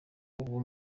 uwo